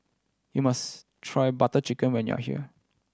you must try Butter Chicken when you are here